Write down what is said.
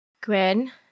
Gwen